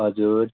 हजुर